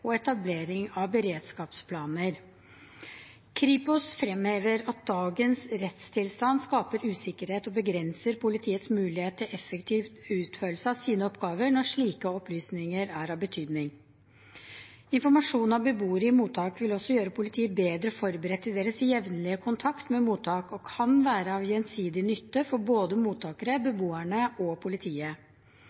og etablering av beredskapsplaner. Kripos fremhever at dagens rettstilstand skaper usikkerhet og begrenser politiets mulighet til effektiv utførelse av sine oppgaver når slike opplysninger er av betydning. Informasjon om beboere i mottak vil også gjøre politiet bedre forberedt i deres jevnlige kontakt med mottak og kan være av gjensidig nytte for både mottakene, beboerne og politiet.